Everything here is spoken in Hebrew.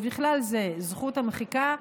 ובכלל זה זכות המחיקה,